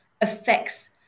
affects